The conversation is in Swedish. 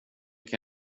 kan